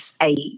eight